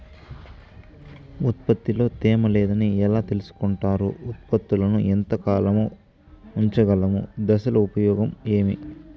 ఉత్పత్తి లో తేమ లేదని ఎలా తెలుసుకొంటారు ఉత్పత్తులను ఎంత కాలము ఉంచగలము దశలు ఉపయోగం ఏమి?